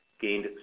gained